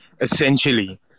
essentially